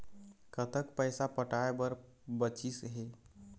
कतक पैसा पटाए बर बचीस हे?